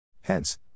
Hence